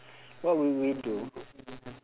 what would we do